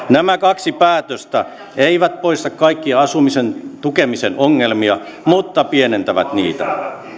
nämä kaksi päätöstä eivät poista kaikkia asumisen tukemisen ongelmia mutta pienentävät niitä